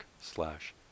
slash